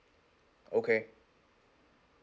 okay